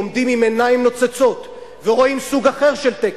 עומדים עם עיניים נוצצות ורואים סוג אחר של טקס,